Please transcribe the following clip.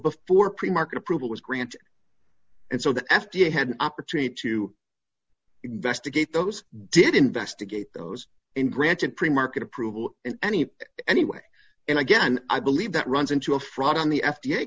before pre market approval was grand and so the f d a had an opportunity to investigate those did investigate those and granted premarket approval in any any way and again i believe that runs into a fraud on the f